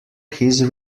his